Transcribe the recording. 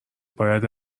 باید